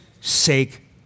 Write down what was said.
sake